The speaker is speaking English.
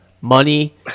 money